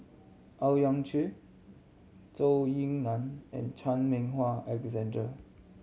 Owyang Chi Zhou Ying Nan and Chan Meng Wah Alexander